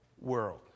world